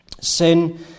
Sin